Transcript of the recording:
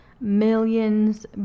millions